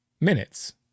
minutes